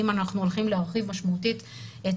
אם אנחנו הולכים להרחיב משמעותית את